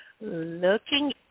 looking